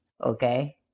okay